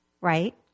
Right